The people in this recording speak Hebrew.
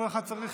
כל אחד צריך,